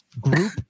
Group